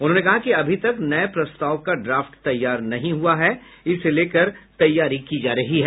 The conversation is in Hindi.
उन्होंने कहा कि अभी तक नये प्रस्ताव का ड्राफ्ट तैयार नहीं हुआ है इसको लेकर तैयारी की जा रही है